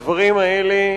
הדברים האלה,